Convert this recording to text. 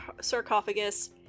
sarcophagus